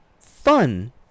fun